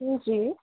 जी